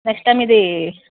next time ఇది